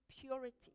purity